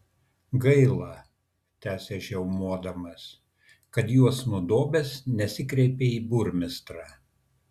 gaila tęsė žiaumodamas kad juos nudobęs nesikreipei į burmistrą